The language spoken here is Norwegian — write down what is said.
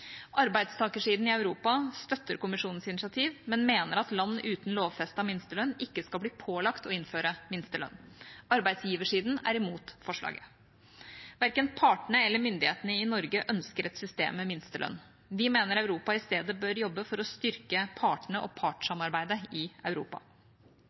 Arbeidstakersiden i Europa støtter Kommisjonens initiativ, men mener at land uten lovfestet minstelønn ikke skal bli pålagt å innføre minstelønn. Arbeidsgiversiden er imot forslaget. Verken partene eller myndighetene i Norge ønsker et system med minstelønn. Vi mener Europa i stedet bør jobbe for å styrke partene og